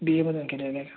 बी एमधून केलेलं आहे